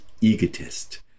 egotist